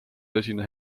tõsine